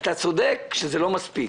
אתה צודק שזה לא מספיק,